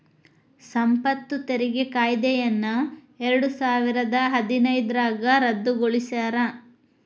ಸಂಪತ್ತು ತೆರಿಗೆ ಕಾಯ್ದೆಯನ್ನ ಎರಡಸಾವಿರದ ಹದಿನೈದ್ರಾಗ ರದ್ದುಗೊಳಿಸ್ಯಾರ